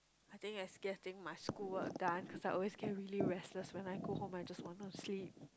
I think it's getting my school work done I felt always get really restless when I go home I just want to sleep